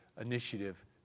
initiative